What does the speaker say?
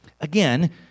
Again